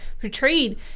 portrayed